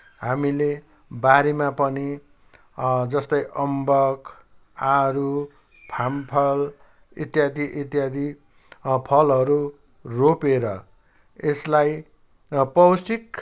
हामीले बारीमा पनि जस्तै अम्बक आरू फामफल इत्यादि इत्यादि फलहरू रोपेर यसलाई पौष्टिक